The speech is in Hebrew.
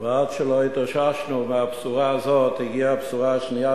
ועוד לא התאוששנו מהבשורה הזאת הגיעה הבשורה השנייה,